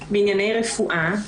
בענייני רפואה.